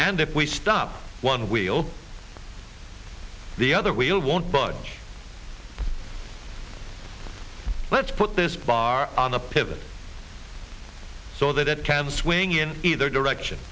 and if we stop one wheel the other wheel won't budge let's put this bar on a pivot so that it can swing in either direction